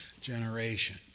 generation